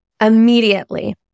immediately